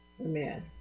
Amen